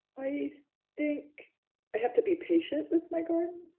i think i have to be patient with my garden,